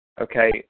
Okay